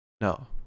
No